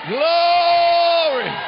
Glory